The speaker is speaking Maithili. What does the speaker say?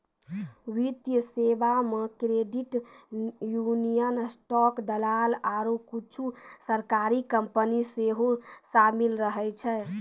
वित्तीय सेबा मे क्रेडिट यूनियन, स्टॉक दलाल आरु कुछु सरकारी कंपनी सेहो शामिल रहै छै